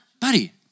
Buddy